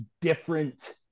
different